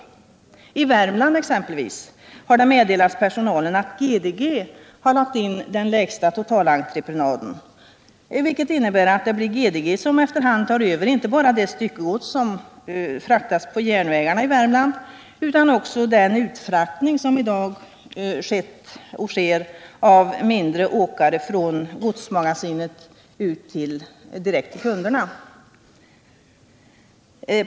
Exempelvis i Värmland har järnvägens personal meddelats att GDG Biltrafik AB har lagt in den lägsta totalentreprenaden, vilket innebär att det blir GDG som efter hand tar över inte bara det styckegods som fraktas på järnvägarna i Värmland, utan också den utfraktning från godsmagasinen direkt ut till kunderna som i dag handhas av mindre åkare.